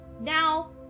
now